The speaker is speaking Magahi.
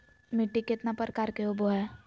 मिट्टी केतना प्रकार के होबो हाय?